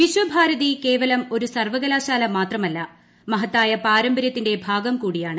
വിശ്വഭാരതി കേവലം ഒരു സർവ്വകലാശാല മാത്രമല്ല മഹത്തായ പാരമ്പര്യത്തിന്റെ ഭാഗം കൂടിയാണ്